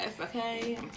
okay